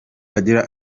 agira